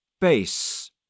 Base